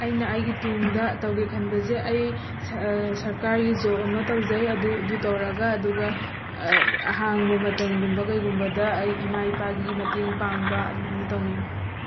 ꯑꯩꯅ ꯑꯩꯒꯤ ꯇꯨꯡꯗ ꯇꯧꯒꯦ ꯈꯟꯕꯁꯦ ꯑꯩ ꯁꯔꯀꯥꯔꯒꯤ ꯖꯣꯕ ꯑꯃ ꯇꯧꯖꯩ ꯑꯗꯨ ꯑꯗꯨ ꯇꯧꯔꯒ ꯑꯗꯨꯒ ꯑꯍꯥꯡꯕ ꯃꯇꯝꯒꯨꯝꯕ ꯀꯩꯒꯨꯝꯕꯗ ꯑꯩ ꯏꯃꯥ ꯏꯄꯥꯒꯤ ꯃꯇꯦꯡ ꯄꯥꯡꯕ ꯑꯗꯨꯃꯥꯏꯅ ꯇꯧꯅꯤꯡꯉꯤ